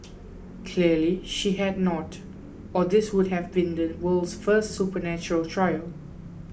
clearly she had not or this would have been the world's first supernatural trial